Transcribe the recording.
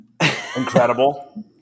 Incredible